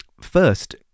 First